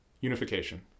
Unification